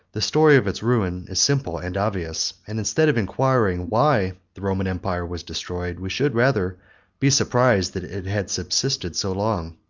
the story of its ruin is simple and obvious and instead of inquiring why the roman empire was destroyed, we should rather be surprised that it had subsisted so long.